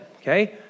okay